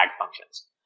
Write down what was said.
functions